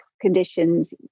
conditions